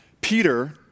Peter